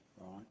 right